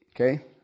Okay